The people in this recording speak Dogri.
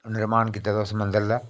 निर्माण कीते दा उस मंदिर दा